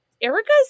Erica's